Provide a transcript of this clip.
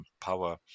power